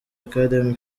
academy